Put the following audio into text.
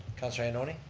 councilor ioannoni.